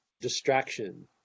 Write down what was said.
distraction